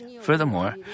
Furthermore